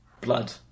Blood